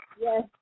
Yes